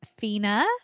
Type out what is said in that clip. Fina